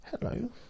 hello